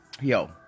Yo